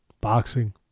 boxing